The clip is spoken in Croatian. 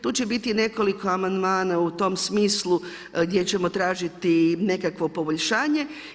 Tu će biti nekoliko amandmana u tom smislu gdje ćemo tražiti nekakvo poboljšanje.